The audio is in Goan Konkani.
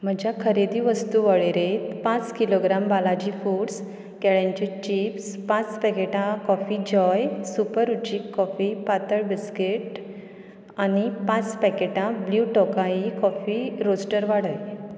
म्हज्या खरेदी वस्तू वळेरेत पांच किलोग्राम बालाजी फुड्स केळ्यांचे चिप्स पांच पॅकेटां कॉफी जॉय सुप रुचीक कॉफी पातळ बिस्कीट आनी पांच पॅकेटां ब्ल्यू तॉकाई कॉफी रोस्टर वाडय